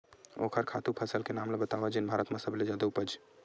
ओखर खातु फसल के नाम ला बतावव जेन भारत मा सबले जादा उपज?